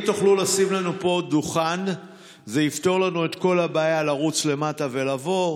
אם תוכלו לשים לנו פה דוכן זה יפתור לנו את כל הבעיה לרוץ למטה ולבוא,